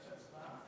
יש הצבעה?